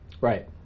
right